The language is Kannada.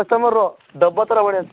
ಕಸ್ಟಮರು ಡಬ್ಬ ಥರ ಮಾಡ್ಯಾನೆ